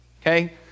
okay